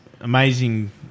amazing